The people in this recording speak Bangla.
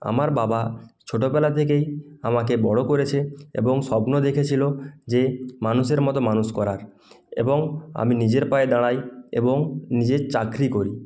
আমার বাবা ছোটোবেলা থেকেই আমাকে বড়ো করেছে এবং স্বপ্ন দেখেছিলো যে মানুষের মতো মানুষ করার এবং আমি নিজের পায়ে দাঁড়াই এবং নিজের চাকরি করি